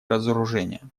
разоружения